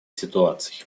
ситуаций